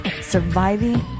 surviving